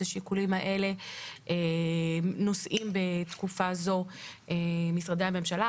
את השיקולים האלה נושאים בתקופה זו משרדי הממשלה.